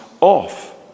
off